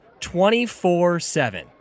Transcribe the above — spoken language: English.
24-7